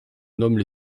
nomment